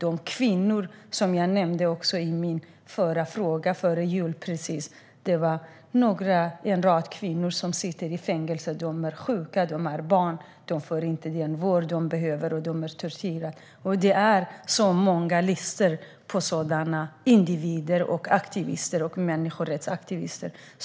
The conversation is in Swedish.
I den fråga jag ställde till utrikesministern precis före jul nämnde jag en rad kvinnor som sitter i fängelse. De är sjuka, de har barn, de får inte den vård de behöver och de torteras. Det finns många listor på sådana individer, människorättsaktivister.